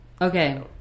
Okay